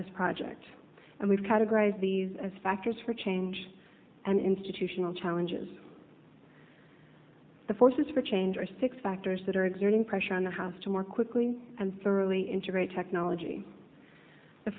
this project and we've categorize these as factors for change and institutional challenges the forces for change are six factors that are exerting pressure on the house to more quickly and thoroughly integrate technology the